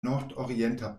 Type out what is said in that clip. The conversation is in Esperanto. nordorienta